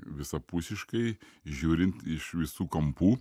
visapusiškai žiūrint iš visų kampų